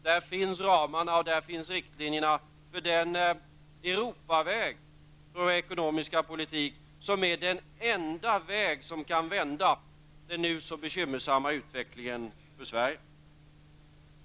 Där finns ramarna, och där finns riktlinjerna för den ''Europaväg'' för vår ekonomiska politik som är den enda väg som kan vända den nu så bekymmersamma utvecklingen för Sverige.